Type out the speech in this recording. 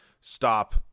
stop